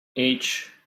each